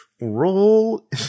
Roll